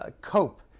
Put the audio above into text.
cope